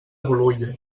bolulla